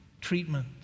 treatment